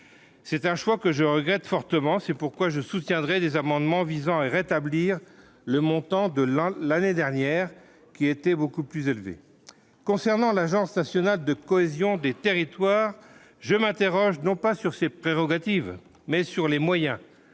c'est un choix que je regrette fortement c'est pourquoi je soutiendrai des amendements visant à rétablir le montant de l'année dernière qui était beaucoup plus élevé concernant l'agence nationale de cohésion des territoires, je m'interroge, non pas sur ses prérogatives, mais sur les moyens